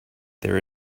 there